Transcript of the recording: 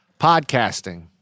Podcasting